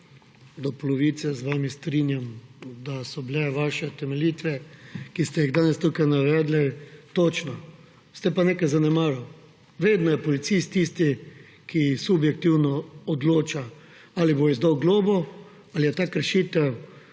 do polovice z vami strinjam, da so bile vaše utemeljitve, ki ste jih danes tukaj navedli, točne. Ste pa nekaj zanemarili. Vedno je policist tisti, ki subjektivno odloča, ali bo izdal globo, ali je ta kršitev